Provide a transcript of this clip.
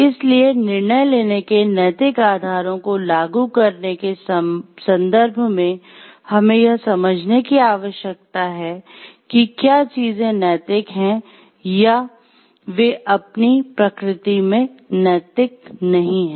इसलिए निर्णय लेने के नैतिक आधारों को लागू करने के संदर्भ में हमें यह समझने की आवश्यकता है कि क्या चीजें नैतिक हैं या वे अपनी प्रकृति में नैतिक नहीं हैं